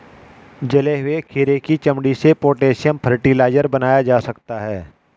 जले हुए खीरे की चमड़ी से पोटेशियम फ़र्टिलाइज़र बनाया जा सकता है